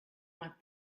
want